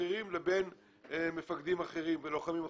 בכירים לבין מפקדים ולוחמים אחרים.